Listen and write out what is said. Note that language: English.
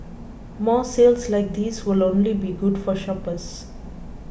more sales like these will only be good for shoppers